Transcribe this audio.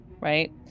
right